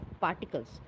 particles